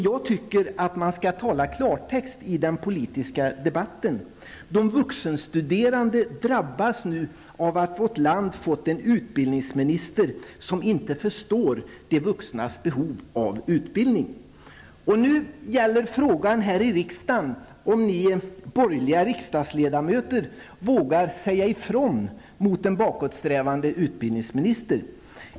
Jag tycker att man skall tala klartext i den politiska debatten. De vuxenstuderande drabbas nu av att vårt land fått en utbildningsminister som inte förstår de vuxnas behov av utbildning. Nu är frågan här i riksdagen om ni borgerliga riksdagsledamöter vågar säga ifrån till en bakåtsträvande utbildningsminister.